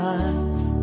eyes